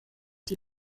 die